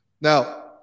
Now